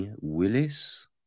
Willis